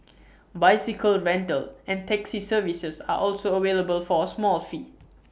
bicycle rental and taxi services are also available for A small fee